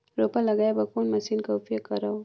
रोपा लगाय बर कोन मशीन कर उपयोग करव?